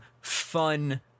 fun